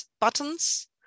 buttons